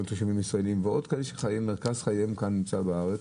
וכאלה שמרכז חייהם כאן בארץ.